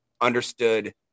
understood